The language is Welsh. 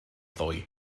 ddoe